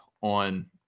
on